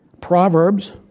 Proverbs